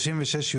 ב-36יד